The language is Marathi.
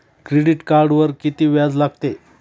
क्रेडिट कार्डवर किती व्याज लागते?